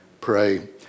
pray